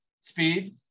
speed